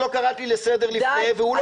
לא קראת לי לסדר לפני והוא לא יקרא לי בוגד.